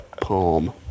palm